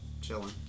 Chilling